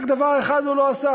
רק דבר אחד הוא לא עשה,